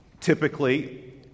typically